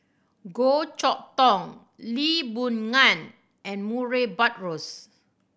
Goh Chok Tong Lee Boon Ngan and Murray Buttrose